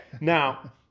now